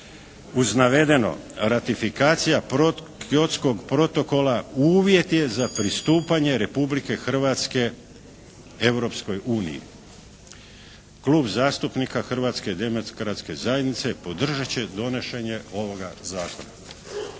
Uz navedeno, ratifikacija Kyotskog protokola uvjet je za pristupanje Republike Hrvatske Europskoj uniji. Klub zastupnika Hrvatske demokratske zajednice podržat će donošenje ovoga zakona.